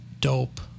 dope